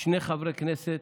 שני חברי כנסת,